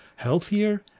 Healthier